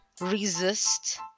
resist